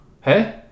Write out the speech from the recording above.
Hey